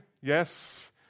yes